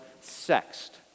sexed